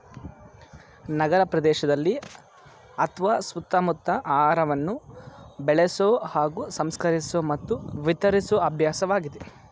ನಗರಪ್ರದೇಶದಲ್ಲಿ ಅತ್ವ ಸುತ್ತಮುತ್ತ ಆಹಾರವನ್ನು ಬೆಳೆಸೊ ಹಾಗೂ ಸಂಸ್ಕರಿಸೊ ಮತ್ತು ವಿತರಿಸೊ ಅಭ್ಯಾಸವಾಗಿದೆ